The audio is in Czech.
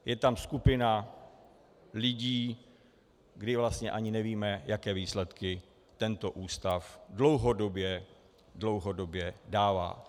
Je tam skupina lidí, kdy vlastně ani nevíme, jaké výsledky tento ústav dlouhodobě dává.